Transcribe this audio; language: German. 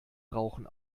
rauchen